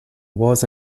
was